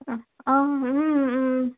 অঁ অঁ